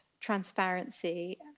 transparency